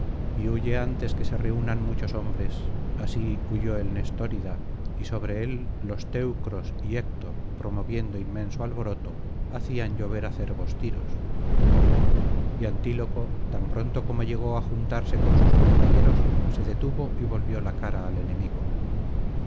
y huye antes que se reiinan muchos hombres así huyó el nestórida y sobre él los teucros y héctor promoviendo inmenso alboroto hacían llover acerbos tiros y antíloco tan pronto como llegó á juntarse con sus compañeros se detuvo y volvió la cara al enemigo